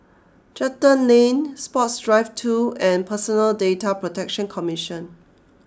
Charlton Lane Sports Drive two and Personal Data Protection Commission